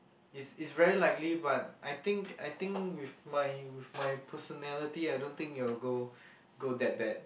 is is very likely but I think I think with my with my personality I don't think it will go go that bad